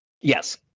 Yes